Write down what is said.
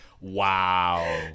wow